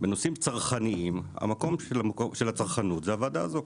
בנושאים צרכניים המקום של הצרכנות זה הוועדה הזו.